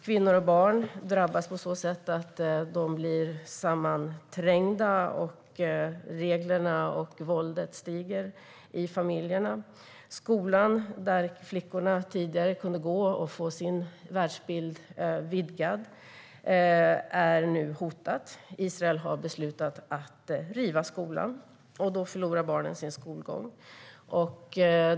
Kvinnor och barn drabbas på så sätt att de blir sammanträngda, och reglerna och våldet ökar i familjerna. Skolan dit flickorna tidigare kunde gå och få sin världsbild vidgad är nu hotad - Israel har beslutat att riva skolan, och då förlorar barnen sin skolgång.